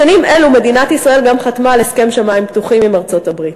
בשנים אלו מדינת ישראל גם חתמה על הסכם שמים פתוחים עם ארצות-הברית.